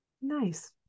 nice